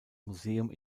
museum